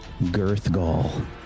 Girthgall